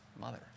mother